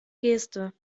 geste